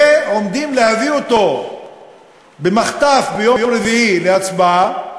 ועומדים להביא אותו במחטף ביום רביעי להצבעה,